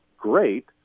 Great